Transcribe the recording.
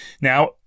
Now